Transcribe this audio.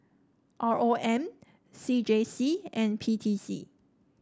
R O M C J C and P T C